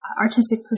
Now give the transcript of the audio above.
Artistic